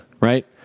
right